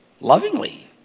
lovingly